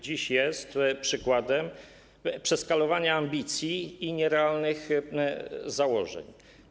Dziś jest przykładem przeskalowania ambicji i nierealnych założeń.